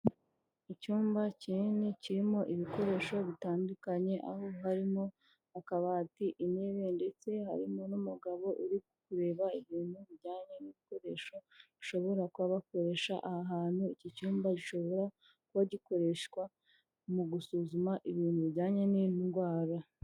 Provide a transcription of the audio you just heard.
Icyumba kinini kirimo ibikoresho bitandukanye aho harimo akabati, intebe ndetse harimo n'umugabo uri kureba ibintu bijyanye n'ibikoresho bishobora kuba bakoresha aha hantu. Iki cyumba gishobora kuba gikoreshwa mu gusuzuma ibintu bijyanye n'indwara.